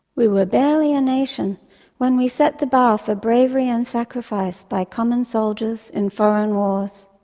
we were barely a nation when we set the bar for bravery and sacrifice by common soldiers in foreign wars.